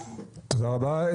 תודה רבה.